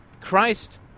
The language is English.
Christ